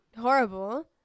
horrible